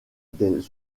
des